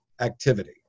activity